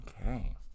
Okay